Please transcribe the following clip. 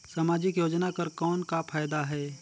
समाजिक योजना कर कौन का फायदा है?